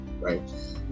right